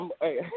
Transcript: hey